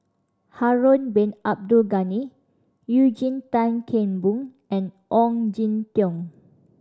Harun Bin Abdul Ghani Eugene Tan Kheng Boon and Ong Jin Teong